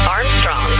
Armstrong